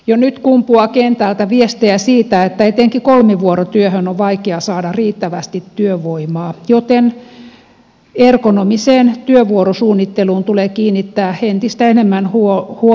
jo nyt kumpuaa kentältä viestejä siitä että etenkin kolmivuorotyöhön on vaikea saada riittävästi työvoimaa joten ergonomiseen työvuorosuunnitteluun tulee kiinnittää entistä enemmän huomiota